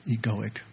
egoic